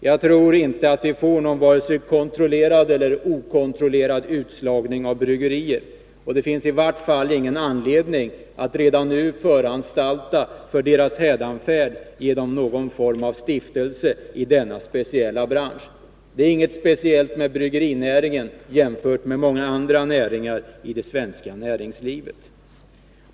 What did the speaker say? Jag tror inte att vi får någon vare sig kontrollerad eller okontrollerad utslagning av bryggerier. Det finns i vart fall ingen anledning att redan nu föranstalta om deras hädanfärd genom någon form av stiftelse i denna speciella bransch. Det är inget speciellt med bryggerinäringen jämfört med många andra näringar i det svenska näringslivet.